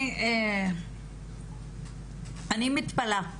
אני מתפלאה.